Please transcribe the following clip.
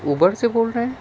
Uber سے بول رہے ہیں